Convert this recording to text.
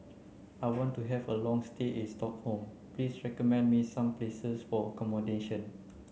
I want to have a long stay in Stockholm please recommend me some places for accommodation